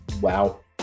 Wow